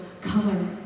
color